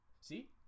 See